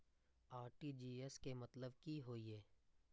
RTGS के मतलब की होय ये?